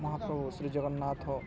Mahaprabhu Shri Jagannath